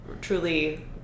truly